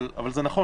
אבל זה נכון.